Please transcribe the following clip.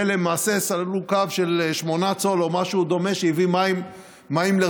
ולמעשה סללו קו של שמונה צול או משהו דומה שהביא מים לרביבים.